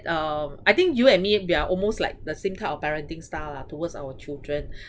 um I think you and me we are almost like the same type of parenting style lah towards our children